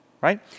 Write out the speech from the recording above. right